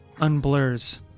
unblurs